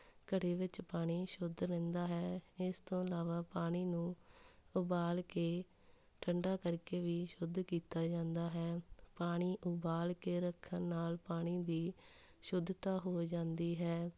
ਘੜੇ ਵਿੱਚ ਪਾਣੀ ਸ਼ੁੱਧ ਰਹਿੰਦਾ ਹੈ ਇਸ ਤੋਂ ਇਲਾਵਾ ਪਾਣੀ ਨੂੰ ਉਬਾਲ ਕੇ ਠੰਡਾ ਕਰਕੇ ਵੀ ਸ਼ੁੱਧ ਕੀਤਾ ਜਾਂਦਾ ਹੈ ਪਾਣੀ ਉਬਾਲ ਕੇ ਰੱਖਣ ਨਾਲ਼ ਪਾਣੀ ਦੀ ਸ਼ੁੱਧਤਾ ਹੋ ਜਾਂਦੀ ਹੈ